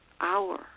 hour